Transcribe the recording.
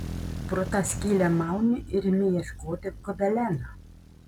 pro tą skylę mauni ir imi ieškoti gobeleno